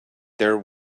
there